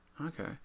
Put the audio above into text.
okay